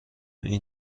این